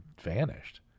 vanished